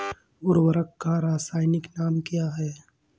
उर्वरक का रासायनिक नाम क्या है?